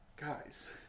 guys